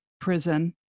prison